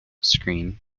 screen